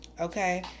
okay